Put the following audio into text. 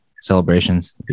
celebrations